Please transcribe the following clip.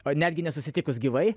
o netgi ne susitikus gyvai